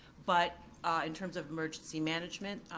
but in terms of emergency management,